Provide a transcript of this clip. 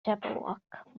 jabberwock